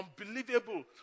unbelievable